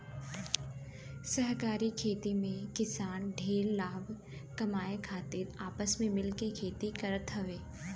सहकारी खेती में किसान ढेर लाभ कमाए खातिर आपस में मिल के खेती करत हवे